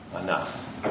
enough